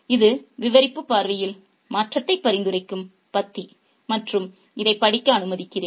இது விவரிப்புப் பார்வையில் மாற்றத்தைப் பரிந்துரைக்கும் பத்தி மற்றும் இதைப் படிக்க அனுமதிக்கிறேன்